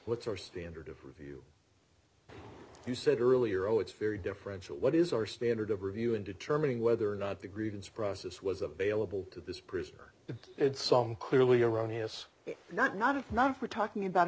what's our standard of review you said earlier oh it's very differential what is our standard of review in determining whether or not the grievance process was available to this prisoner the song clearly erroneous if not not of enough we're talking about